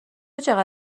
چقدر